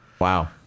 Wow